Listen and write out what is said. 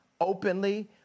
openly